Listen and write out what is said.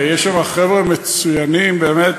יש שם חבר'ה מצוינים, באמת,